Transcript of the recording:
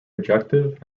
objective